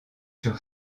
sur